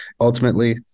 Ultimately